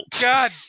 God